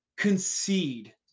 concede